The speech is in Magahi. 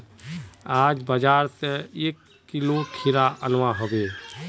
आज बाजार स एक किलो खीरा अनवा हबे